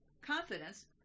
confidence